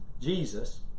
Jesus